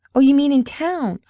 oh, you mean in town?